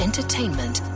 Entertainment